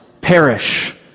perish